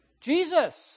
Jesus